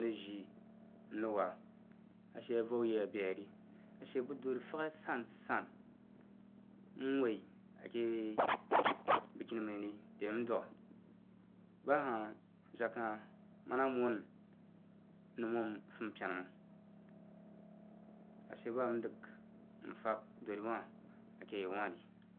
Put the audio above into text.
rəg jiin rəg wah. A she avau yi a beari ashe budori feshi a jansan am woi ke bəskini məiri də am dwagha ba hah jag hah məna mon numon sumpena məng a she ba ndəg n fag dori wah ake yau wah ri.